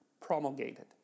promulgated